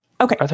Okay